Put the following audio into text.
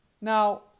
Now